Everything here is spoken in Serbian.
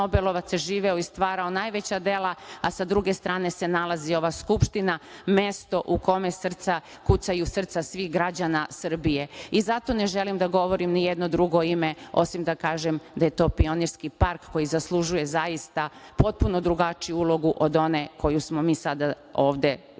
nobelovac živeo i stvarao najveća dela, a sa druge strane se nalazi ova Skupština, mesto u kome kucaju srca svih građana Srbije. Zato ne želim da govorim nijedno drugo ime, osim da kažem da je to Pionirski park, koji zaslužuje zaista potpuno drugačiju ulogu od one koju smo mi sada ovde videli